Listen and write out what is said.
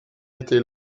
été